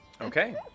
Okay